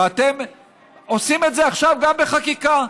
ואתם עושים את זה עכשיו גם בחקיקה.